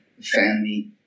family